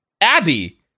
Abby